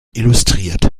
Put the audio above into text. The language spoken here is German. illustriert